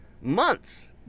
months